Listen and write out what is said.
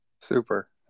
Super